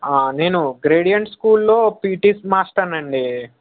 నేను గ్రేడియంట్ స్కూల్లో పీటీ మాస్టర్ని అండి